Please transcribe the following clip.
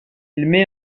met